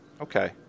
Okay